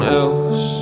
else